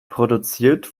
produziert